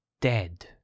dead